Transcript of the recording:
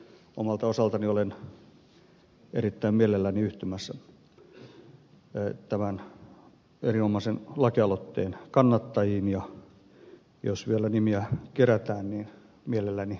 omalta osaltani olen erittäin mielelläni yhtymässä tämän erinomaisen lakialoitteen kannattajiin ja jos vielä nimiä kerätään mielelläni myös allekirjoittajana